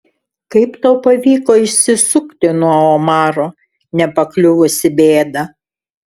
kaip tau pavyko išsisukti nuo omaro nepakliuvus į bėdą